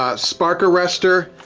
ah spark arrestor,